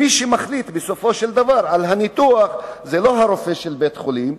מי שמחליט בסופו של דבר על הניתוח זה לא הרופא של בית-החולים,